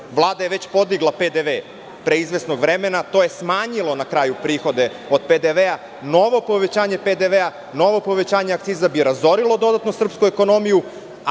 Vlada podigla PDV pre izvesnog vremena. To je smanjilo prihode od PDV. Novo povećanje PDV, novo povećanje akciza bi razorilo dodatno srpsku ekonomiju,